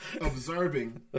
observing